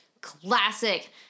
classic